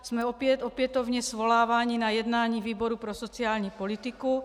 Jsme opětovně svoláváni na jednání výboru pro sociální politiku.